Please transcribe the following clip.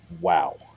wow